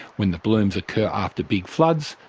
when the blooms occur after big floods,